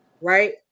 right